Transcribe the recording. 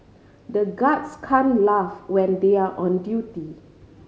the guards can laugh when they are on duty